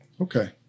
Okay